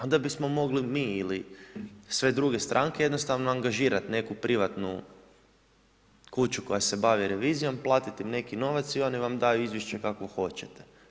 Onda bismo mogli mi ili sve druge stranke jednostavno angažirati neku privatnu kuću koja se bavi revizijom, platiti neki novac i oni vam daju izvješće kakvo hoćete.